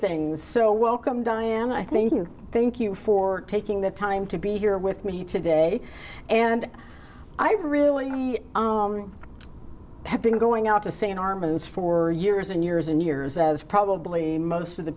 things so welcome diane i thank you thank you for taking the time to be here with me today and i really have been going out to say in armand's for years and years and years as probably most of the